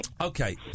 Okay